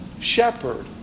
shepherd